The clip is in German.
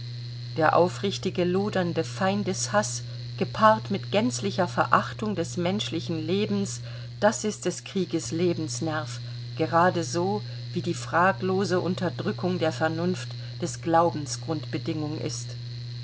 der aufrichtige lodernde feindeshaß gepaart mit gänzlicher verachtung des menschlichen lebens das ist des krieges lebensnerv gerade so wie die fraglose unterdrückung der vernunft des glaubens grundbedingung ist